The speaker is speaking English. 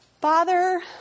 Father